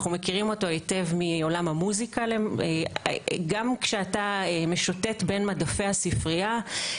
אנחנו מכירים אותו מעולם המוסיקה גם כשאתה משוטט בין מדפי הספרייה,